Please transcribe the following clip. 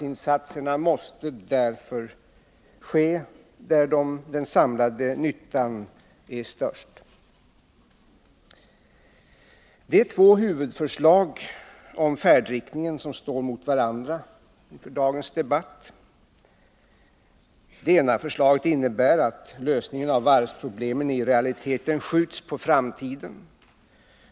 Insatserna måste därför ske där den samlade nyttan är störst. Det är två huvudförslag om färdriktningen som står mot varandra inför dagens debatt. Det ena förslaget innebär att lösningen av varvsproblemen i realiteten skjuts på framtiden.